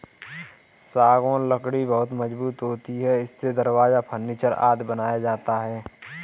सागौन लकड़ी बहुत मजबूत होती है इससे दरवाजा, फर्नीचर आदि बनाया जाता है